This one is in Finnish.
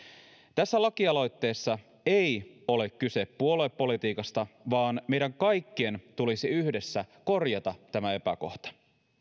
tässä lakialoitteessa ei ole kyse puoluepolitiikasta vaan meidän kaikkien tulisi yhdessä korjata tämä epäkohta